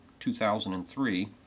2003